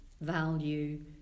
value